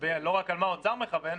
ולא רק למה האוצר מכוון,